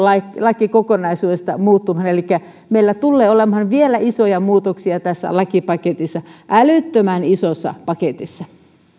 lakikokonaisuudessa muuttumaan elikkä meillä tulee olemaan vielä isoja muutoksia tässä lakipaketissa älyttömän isossa paketissa